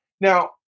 Now